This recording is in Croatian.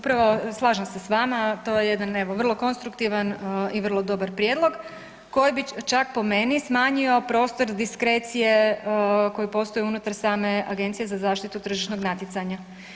upravo slažem se s vama, to je jedan evo vrlo konstruktivan i vrlo dobar prijedlog koji bi čak po meni smanjio prostor diskrecije koji postoji unutar same Agencije za zaštitu tržišnog natjecanja.